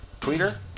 Twitter